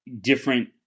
different